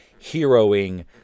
heroing